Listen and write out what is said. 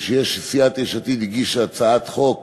שסיעת יש עתיד הגישה הצעת חוק